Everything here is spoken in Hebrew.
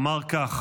אמר כך: